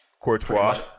Courtois